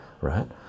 right